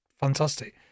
fantastic